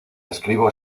escribo